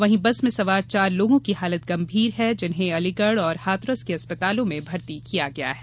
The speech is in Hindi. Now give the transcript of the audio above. वहीं बस में सवार चार लोगों की हालत गंभीर है जिन्हें अलीगढ और हाथरस के अस्पतालों में भर्ती किया गया है